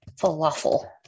falafel